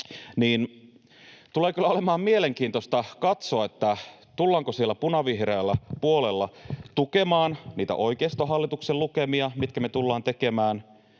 tulee kyllä olemaan mielenkiintoista katsoa, tullaanko siellä punavihreällä puolella tukemaan niitä oikeistohallituksen lukemia, mitkä me tullaan tekemään,